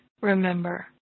remember